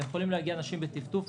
יכולים להגיע אנשים בטפטוף,